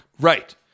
right